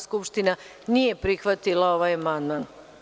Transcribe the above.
skupština nije prihvatila ovaj amandman.